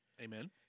Amen